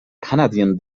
canadian